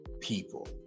people